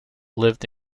lived